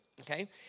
okay